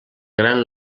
gran